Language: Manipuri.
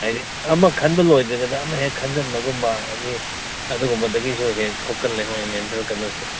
ꯍꯥꯏꯗꯤ ꯑꯃ ꯈꯟꯕ ꯂꯣꯏꯗ꯭ꯔꯤꯉꯩꯗ ꯑꯃ ꯍꯦꯛ ꯈꯟꯖꯤꯟꯕꯒꯨꯝꯕ ꯍꯥꯏꯗꯤ ꯑꯗꯨꯒꯨꯝꯕꯗꯒꯤꯁꯨ ꯍꯦꯛ ꯊꯣꯛꯀꯜꯂꯦ ꯃꯣꯏ ꯃꯦꯟꯇꯦꯜ ꯀꯩꯅꯣꯁꯦ